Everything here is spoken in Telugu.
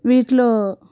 వీటిలో